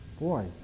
boy